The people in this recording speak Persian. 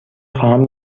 خواهم